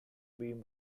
beam